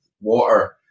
Water